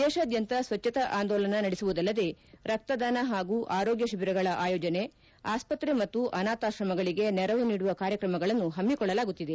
ದೇಶಾದ್ಯಂತ ಸ್ವಚ್ಛತಾ ಅಂದೋಲನ ನಡೆಸುವುದಲ್ಲದೆ ರಕ್ತದಾನ ಪಾಗೂ ಆರೋಗ್ಯ ಶಿಬಿರಗಳ ಆಯೋಜನೆ ಆಸ್ಪತ್ರೆ ಮತ್ತು ಅನಾಥಾಶ್ರಮಗಳಿಗೆ ನೆರವು ನೀಡುವ ಕಾರ್ಯಕ್ರಮಗಳನ್ನು ಪಮ್ಮಿಕೊಳ್ಳಲಾಗುತ್ತಿದೆ